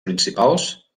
principals